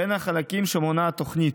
בין החלקים שמונה התוכנית: